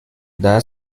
dada